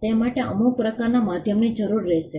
તે માટે અમુક પ્રકારના માધ્યમની જરૂર રહેશે